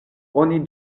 oni